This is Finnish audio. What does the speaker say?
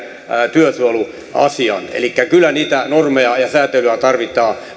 työsuojeluasian elikkä kyllä niitä normeja ja säätelyä tarvitaan